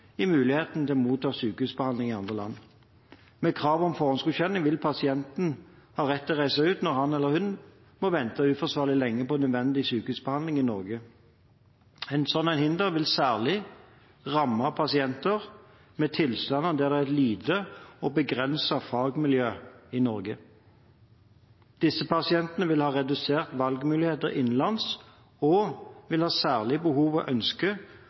i muligheten til å motta sykehusbehandling i andre land. Med krav om forhåndsgodkjenning vil pasienten ha rett til å reise ut når han eller hun må vente uforsvarlig lenge på nødvendig sykehusbehandling i Norge. Et slikt hinder vil særlig ramme pasienter med tilstander der det er et lite og begrenset fagmiljø i Norge. Disse pasientene vil ha reduserte valgmuligheter innenlands og vil ha særlig behov for og ønske